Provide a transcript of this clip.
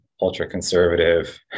ultra-conservative